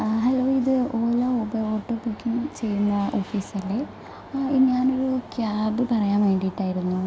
hello ഇത് Ola Uber auto booking ചെയ്യുന്ന ഓഫീസല്ലേ ഞാൻ ഒരു ക്യാബ് പറയാൻ വേണ്ടിയിട്ടായിരുന്നു